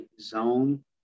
zone